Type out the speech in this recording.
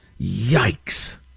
Yikes